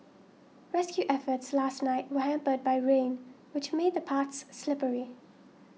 rescue efforts last night were hampered by rain which made the paths slippery